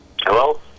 Hello